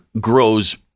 grows